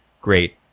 great